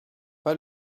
pas